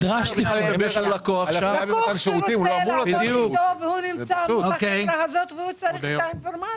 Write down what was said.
לקוח שרוצה לעבוד איתו והוא נמצא מול החברה הזאת וצריך אינפורמציה.